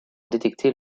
détecter